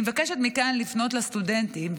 אני מבקשת מכאן לפנות לסטודנטים,